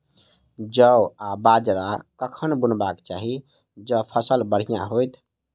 जौ आ बाजरा कखन बुनबाक चाहि जँ फसल बढ़िया होइत?